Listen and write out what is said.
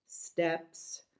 steps